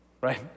right